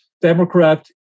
democrat